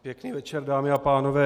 Pěkný večer, dámy a pánové.